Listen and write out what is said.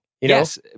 Yes